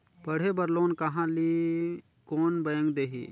पढ़े बर लोन कहा ली? कोन बैंक देही?